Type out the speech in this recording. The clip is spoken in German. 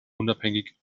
unabhängig